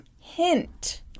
hint